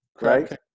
Right